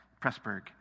Pressburg